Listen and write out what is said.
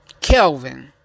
Kelvin